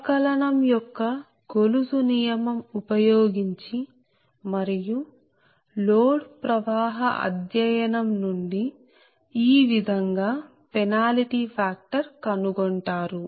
అవకలనం యొక్క గొలుసు నియమం ఉపయోగించి మరియు లోడ్ ప్రవాహ అధ్యయనం నుండి ఈ విధంగా పెనాల్టీ ఫ్యాక్టర్ కనుగొంటారు